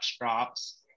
drops